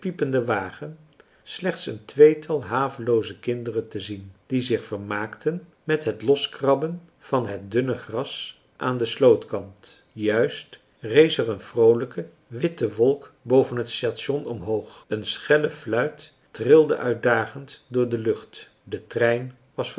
piependen wagen slechts een tweetal havelooze kinderen te zien die zich vermaakten met het loskrabben van het dunne gras aan den slootkant juist rees er een vroolijke witte wolk boven het station omhoog een schelle fluit trilde uitdagend door de lucht de trein was